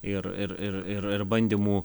ir ir ir ir ir bandymų